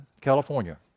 California